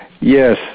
Yes